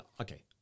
okay